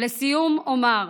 לסיום אומר: